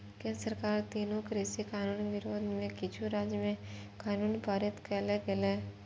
केंद्र सरकारक तीनू कृषि कानून विरोध मे किछु राज्य मे कानून पारित कैल गेलै